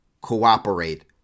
cooperate